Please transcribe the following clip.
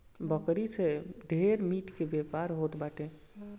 बकरी से ढेर मीट के व्यापार होत बाटे